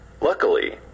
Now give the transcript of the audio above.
Luckily